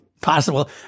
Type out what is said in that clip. possible